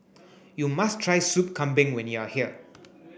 you must try soup Kambing when you are here